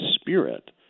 spirit